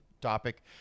topic